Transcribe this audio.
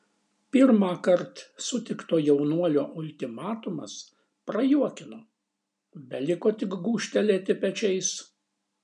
pirmąkart sutikto jaunuolio ultimatumas prajuokino beliko tik gūžtelėti pečiais